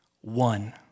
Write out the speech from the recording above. one